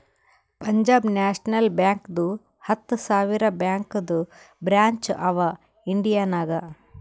Punjab national ಬ್ಯಾಂಕ್ದು ಹತ್ತ ಸಾವಿರ ಬ್ಯಾಂಕದು ಬ್ರ್ಯಾಂಚ್ ಅವಾ ಇಂಡಿಯಾ ನಾಗ್